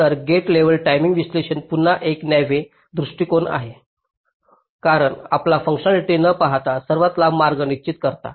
तर gate level timing विश्लेषण पुन्हा एक नैवे दृष्टिकोन आहे कारण आपण फुंकशनॅलिटी न पाहता सर्वात लांब मार्ग निश्चित करता